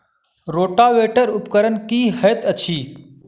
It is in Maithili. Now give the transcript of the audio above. रोटावेटर उपकरण की हएत अछि?